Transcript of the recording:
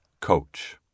coach